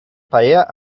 paella